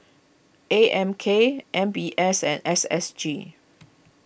A M K M B S and S S G